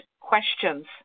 questions